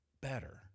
better